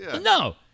No